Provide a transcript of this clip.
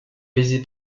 baiser